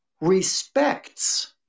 respects